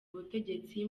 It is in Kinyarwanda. ubutegetsi